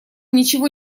ничего